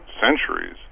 centuries